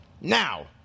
now